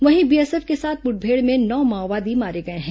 वहीं बीएसएफ के साथ मुठभेड़ में नौ माओवादी मारे गए हैं